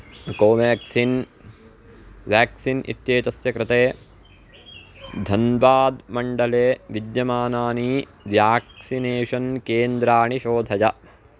Covaxin vaccine इत्येतस्य कृते धन्बाद्मण्डले विद्यमानानि व्याक्सिनेषन् केन्द्राणि शोधय